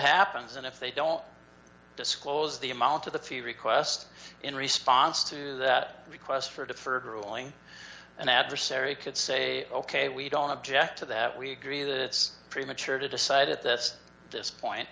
happens and if they don't disclose the amount of the few requests in response to that request for deferred ruling an adversary could say ok we don't object to that we agree that it's premature to decide at this this point